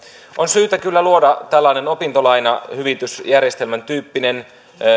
on syytä kyllä luoda tällainen opintolainahyvitysjärjestelmän tyyppinen